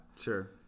sure